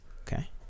Okay